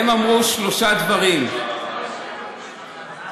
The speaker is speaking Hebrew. הם אמרו שלושה דברים: "יהי